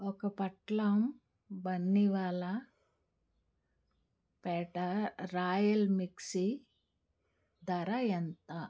ఒక పట్లం బన్నీవాలా పేటా రాయల్ మిక్సీ ధర ఎంత